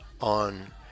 on